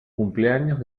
cumpleaños